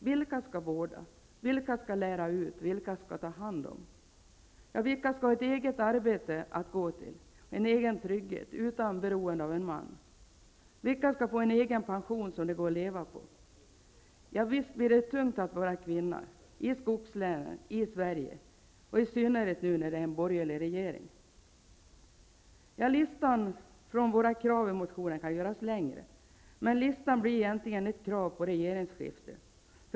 Vilka skall vårda, vilka skall lära ut, vilka skall ta hand om? Vilka skall ha ett eget arbete att gå till, en egen trygghet, utan beroende av en man, vilka skall få egen pension som det går att leva på? Visst blir det tungt att var kvinna, i skogslänen, i Sverige -- i synnerhet nu när det är en borgerlig regering. Listan på våra krav i motionen kan göras längre, men den listan blir egentligen ett krav på regeringsskifte.